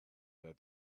that